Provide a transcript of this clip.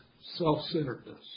self-centeredness